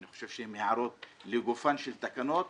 ואני חושב שהן הערות לגופן של תקנות,